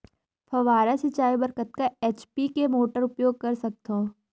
फव्वारा सिंचाई बर कतका एच.पी के मोटर उपयोग कर सकथव?